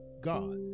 God